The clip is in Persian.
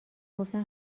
گفتن